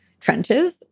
trenches